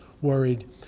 worried